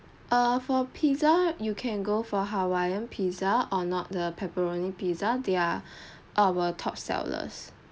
err for pizza you can go for hawaiian pizza or not the pepperoni pizza there are our top sellers